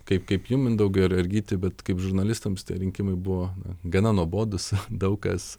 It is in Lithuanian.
kaip kaip jum mindaugai ar ar gyti bet kaip žurnalistams tie rinkimai buvo gana nuobodūs daug kas